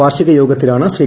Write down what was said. വാർഷിക യോഗത്തിലാണ് ശ്രീ